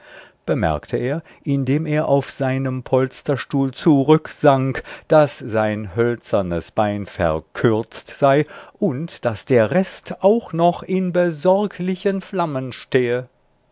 bemerkte er indem er auf seinen polsterstuhl zurück sank daß sein hölzernes bein verkürzt sei und daß der rest auch noch in besorglichen flammen stehe